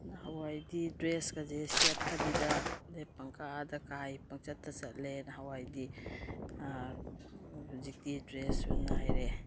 ꯅꯍꯥꯟꯋꯥꯏꯗꯤ ꯗ꯭ꯔꯦꯁꯀꯁꯦ ꯁꯦꯠꯇꯕꯤꯗ ꯑꯗꯩ ꯄꯪꯀꯥꯗ ꯀꯥꯏ ꯄꯪꯆꯠꯇ ꯆꯠꯂꯦ ꯅꯍꯥꯟꯋꯥꯏꯗꯤ ꯍꯧꯖꯤꯛꯇꯤ ꯗ꯭ꯔꯦꯁꯁꯨ ꯅꯥꯏꯔꯦ